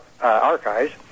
archives